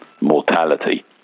mortality